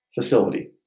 facility